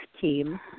team